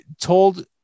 told